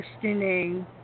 questioning